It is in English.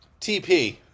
TP